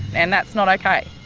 and that's not okay,